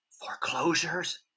foreclosures